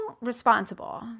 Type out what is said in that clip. responsible